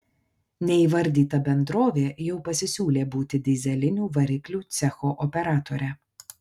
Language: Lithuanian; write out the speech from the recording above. neįvardyta bendrovė jau pasisiūlė būti dyzelinių variklių cecho operatore